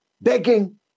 begging